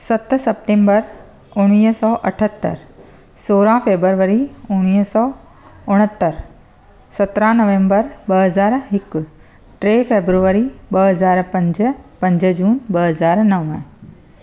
सत सेप्टेम्बर उणिवीह सौ अठहतरि सोरहं फेब्रुअरी उणिवीह सौ उणहतरि सत्रहं नवंबर ॿ हज़ार हिकु टे फेब्रुअरी ॿ हज़ार पंज पंज जून ॿ हज़ार नव